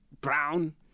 brown